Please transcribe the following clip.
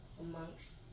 amongst